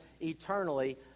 eternally